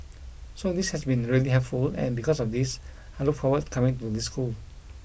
so this has been really helpful and because of this I look forward coming to this school